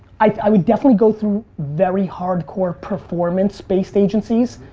i would definitely go through very hardcore performance based agencies.